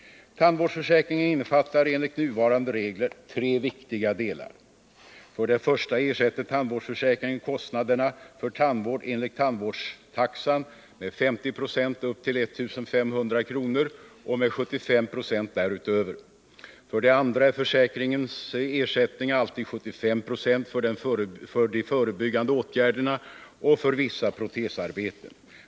Tandvårdsförsäkringen innefattar enligt nuvarande regler tre viktiga Nr 122 delar. För det första ersätter tandvårdsförsäkringen kostnaderna för tandvård enligt tandvårdstaxan med 50 26 upp till I 500 kr. och med 75 Ice därutöver. För det andra är försäkringens ersättning alltid 75 96 för de förebyggande Tandvårdsförsäkåtgärderna och för vissa protesarbeten.